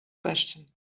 question